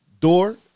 door –